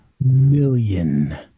Million